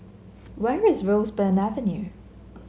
where is Roseburn Avenue